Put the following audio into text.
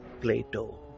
Plato